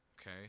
okay